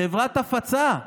חברת הפצה.